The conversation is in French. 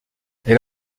elle